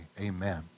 Amen